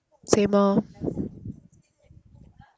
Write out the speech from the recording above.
same lor